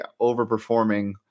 overperforming